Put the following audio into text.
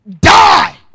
die